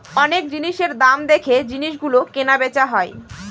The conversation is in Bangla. অনেক জিনিসের দাম দেখে জিনিস গুলো কেনা বেচা হয়